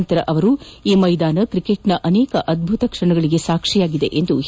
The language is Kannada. ಬಳಿಕ ಅವರು ಈ ಮೈದಾನ ಕ್ರಿಕೆಟ್ನ ಅನೇಕ ಅದ್ಭುತ ಕ್ವಣಗಳಿಗೆ ಸಾಕ್ಷ್ಮಿಯಾಗಿದೆ ಎಂದರು